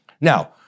Now